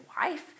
wife